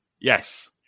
Yes